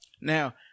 Now